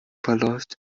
verläuft